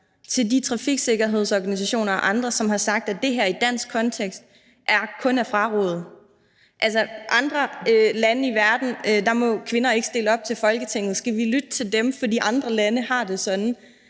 til de trafiksikkerhedsorganisationer og andre, som har sagt, at det her i dansk kontekst kun er at fraråde. I andre lande i verden må kvinder ikke stille op til Folketinget. Skal vi lytte til dem, bare fordi andre lande har det sådan?